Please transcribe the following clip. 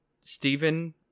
Stephen